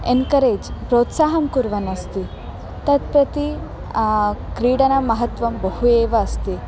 encourage प्रोत्साहं कुर्वन् अस्ति तत् प्रति क्रीडनस्य महत्वं बहु एव अस्ति